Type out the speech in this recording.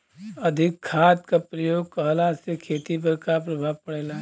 अधिक खाद क प्रयोग कहला से खेती पर का प्रभाव पड़ेला?